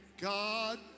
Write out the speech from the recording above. God